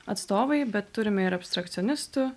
atstovai bet turime ir abstrakcionistų